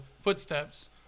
footsteps